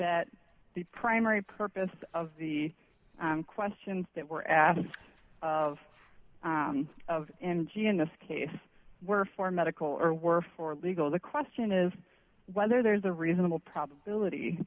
that the primary purpose of the questions that were asked of of injury in this case were for medical or were for legal the question is whether there's a reasonable probability